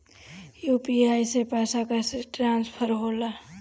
UPI से पैसा कैसे ट्रांसफर होला?